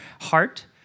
heart